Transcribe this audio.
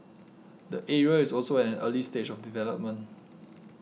the area is also at an early stage of development